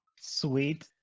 sweet